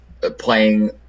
Playing